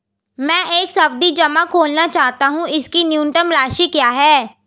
मैं एक सावधि जमा खोलना चाहता हूं इसकी न्यूनतम राशि क्या है?